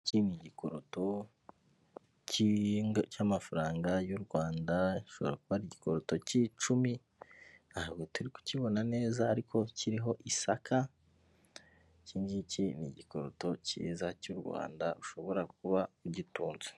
Iki ni igikoroto cy'amafaranga y'u Rwanda, gishobora kuba ari igikoto cy'icumi, ntabwo turi kukibona neza, ariko kiriho isaka, iki ngiki ni igikoto cyiza cy'u Rwanda, ushobora kuba ugitunze.